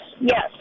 yes